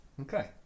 okay